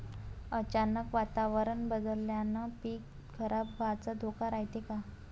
अचानक वातावरण बदलल्यानं पीक खराब व्हाचा धोका रायते का?